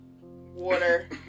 water